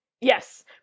Yes